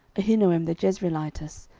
ahinoam the jezreelitess,